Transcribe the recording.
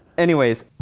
anyways,